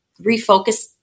refocus